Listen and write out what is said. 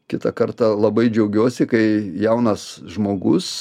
kitą kartą labai džiaugiuosi kai jaunas žmogus